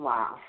Wow